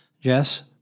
Jess